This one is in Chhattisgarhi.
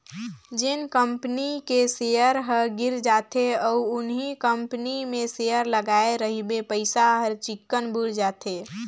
जेन कंपनी के सेयर ह गिर जाथे अउ उहीं कंपनी मे सेयर लगाय रहिबे पइसा हर चिक्कन बुइड़ जाथे